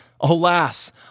Alas